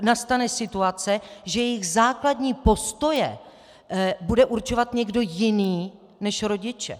nastane situace, že jejich základní postoje bude určovat někdo jiný než rodiče.